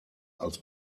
als